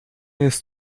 jest